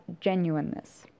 genuineness